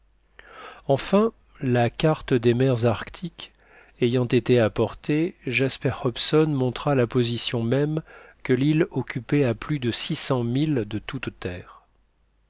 enfin la carte des mers arctiques ayant été apportée jasper hobson montra la position même que l'île occupait à plus de six cents milles de toute terre